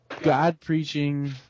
God-preaching